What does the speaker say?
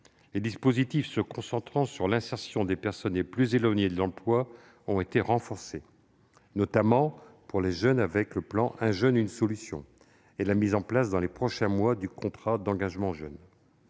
des dispositifs se concentrant sur l'insertion des personnes les plus éloignées de l'emploi ont été renforcés, notamment pour les jeunes, avec le plan « 1 jeune, 1 solution » et la mise en place dans les prochains mois du contrat d'engagement jeune.